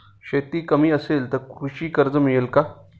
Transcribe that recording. शेती कमी असेल तर कृषी कर्ज मिळेल का?